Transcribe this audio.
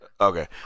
Okay